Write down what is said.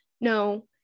no